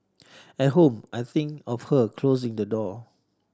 at home I think of her closing the door